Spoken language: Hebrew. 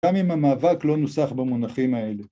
‫גם אם המאבק לא נוסח ‫במונחים האלה.